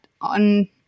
on